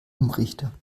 umrichter